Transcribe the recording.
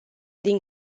din